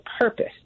purpose